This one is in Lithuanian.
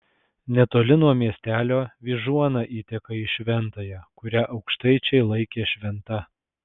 netoli nuo miestelio vyžuona įteka į šventąją kurią aukštaičiai laikė šventa